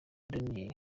daniel